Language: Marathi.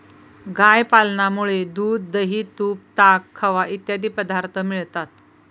गाय पालनामुळे दूध, दही, तूप, ताक, खवा इत्यादी पदार्थ मिळतात